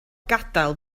gadael